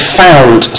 found